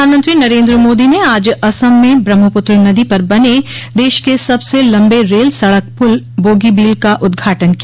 प्रधानमंत्री नरेन्द्र मोदी ने आज असम में ब्रह्मपुत्र नदी पर बने देश के सबसे लम्बे रल सड़क पुल बोगीबील का उद्घाटन किया